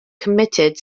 committed